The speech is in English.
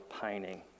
pining